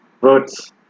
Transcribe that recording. words